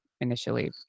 initially